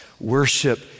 worship